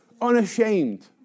unashamed